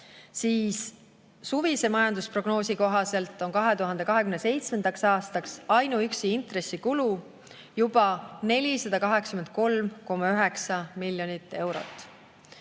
siis suvise majandusprognoosi kohaselt on 2027. aastaks ainuüksi intressikulu juba 483,9 miljonit eurot.